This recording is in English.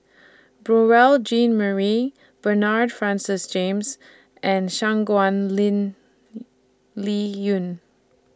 Beurel Jean Marie Bernard Francis James and Shangguan Ling Liuyun